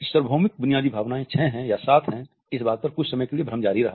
सार्वभौमिक बुनियादी भावनाएं छह है या सात हैं इस बात पर कुछ समय के लिए भ्रम जारी रहा